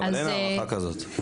אבל אין הערכה כזאת.